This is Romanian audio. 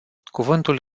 cuvântul